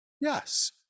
yes